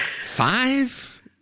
five